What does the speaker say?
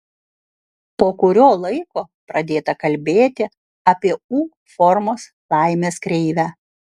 po kurio laiko pradėta kalbėti apie u formos laimės kreivę